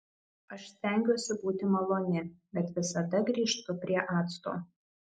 aš stengiuosi būti maloni bet visada grįžtu prie acto